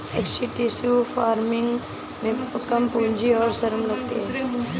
extensive farming में कम पूंजी और श्रम लगती है